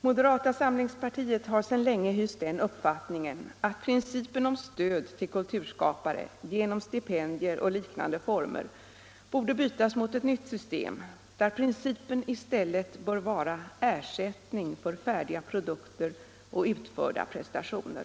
Moderata samlingspartiet har sedan länge hyst den uppfattningen att principen om stöd till kulturskapare genom stipendier och liknande for — Nr 37 mer borde utbytas mot ett nytt system, där principen i stället bör vara Torsdagen den ersättning för färdiga produkter och utförda prestationer.